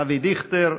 אבי דיכטר,